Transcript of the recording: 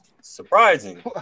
Surprising